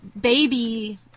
baby